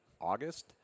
August